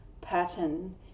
pattern